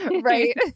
right